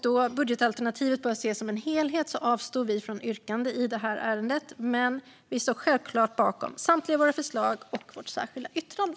Då budgetalternativet bör ses som en helhet avstår vi från yrkanden i ärendet, men vi står självklart bakom samtliga av våra förslag och vårt särskilda yttrande.